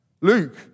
Luke